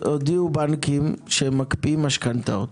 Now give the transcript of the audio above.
הודיעו בנקים שהם מקפיאים משכנתאות.